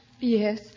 Yes